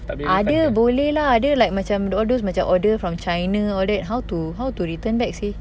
tak boleh refund ke